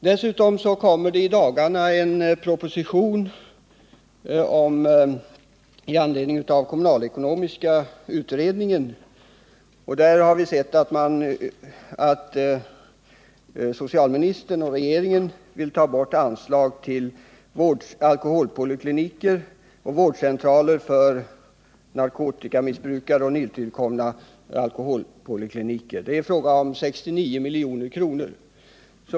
Dessutom kommer det i dagarna en proposition med anledning av kommunalekonomiska utredningens betänkande, och vi har där noterat att socialministern och regeringen vill ta bort anslag till alkoholpolikliniker och vårdcentraler för alkoholmissbrukare liksom anslag till nytillkommande alkoholpolikliniker. Det är i det sammanhanget fråga om 69 milj.kr.